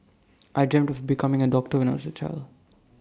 I dreamt of becoming A doctor when I was A child